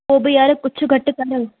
पोइ बि यारु कुझु घटि कंदव